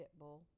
Pitbull